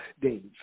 Dave